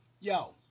Yo